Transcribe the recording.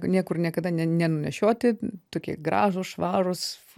niekur niekada nenunešioti tokie gražūs švarūs